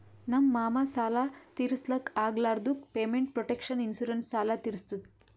ನಮ್ ಮಾಮಾ ಸಾಲ ತಿರ್ಸ್ಲಕ್ ಆಗ್ಲಾರ್ದುಕ್ ಪೇಮೆಂಟ್ ಪ್ರೊಟೆಕ್ಷನ್ ಇನ್ಸೂರೆನ್ಸ್ ಸಾಲ ತಿರ್ಸುತ್